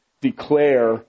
declare